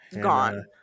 gone